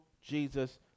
Jesus